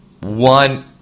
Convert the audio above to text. One